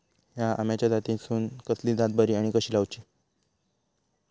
हया आम्याच्या जातीनिसून कसली जात बरी आनी कशी लाऊची?